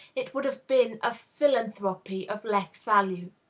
it would have been a philanthropy of less value.